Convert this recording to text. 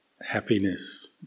happiness